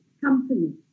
company